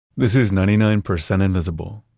this is ninety nine percent invisible.